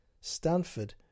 Stanford